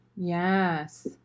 Yes